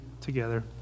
together